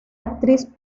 actriz